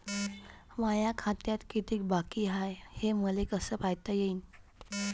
माया खात्यात कितीक बाकी हाय, हे मले कस पायता येईन?